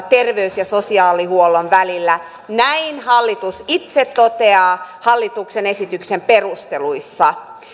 terveys ja sosiaalihuollon välillä näin hallitus itse toteaa hallituksen esityksen perusteluissa